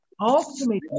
Ultimately